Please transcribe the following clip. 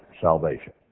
salvation